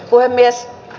puhemies